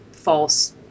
False